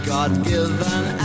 God-given